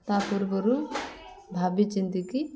ତା' ପୂର୍ବରୁ ଭାବି ଚିନ୍ତିକି